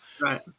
right